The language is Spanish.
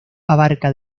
abarca